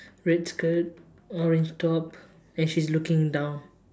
red skirt orange top and she's looking down